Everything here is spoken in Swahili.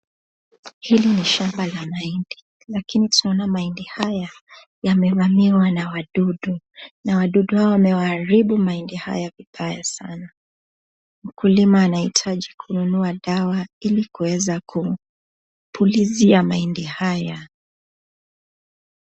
Hili ni shamba la mahindi lakini tunaona mahindi haya yamegamiwa na wadudu, na wadudu haya yameharibu mahindi haya vibaya sana, mkulima anahitaji kununua dawa ili aweze kupulizia mahindi haya.